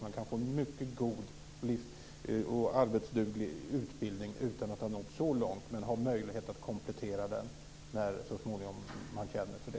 Man kan få mycket god arbetsduglig utbildning utan att ha nått så långt, men ha möjlighet att komplettera senare.